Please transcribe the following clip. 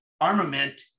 armament